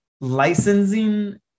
licensing